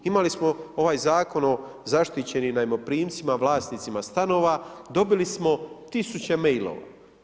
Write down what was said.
Imali smo ovaj zakon o zaštićenim najmoprimcima, vlasnicima stanova, dobili smo tisuće mailova.